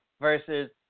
versus